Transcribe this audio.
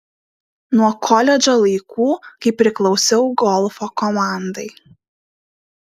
nuo koledžo laikų kai priklausiau golfo komandai